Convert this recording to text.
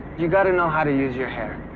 you gotta know how to use your hair.